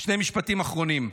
שני משפטים אחרונים.